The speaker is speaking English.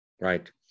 right